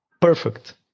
Perfect